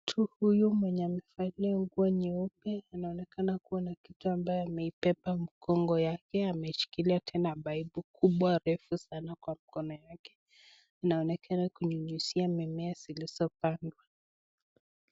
Mtu huyu mwenye amevalia nguo nyeupe, anaonekana kuwa na kitu ambayo ameibeba mgongo yake, ameshikilia tena paipu kubwa, refu sana kwa mkono yake. Inaonekana kunyunyizia mimea zilizopandwa.